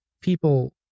people